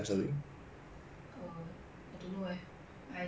but this week she went twice lah next week I think she go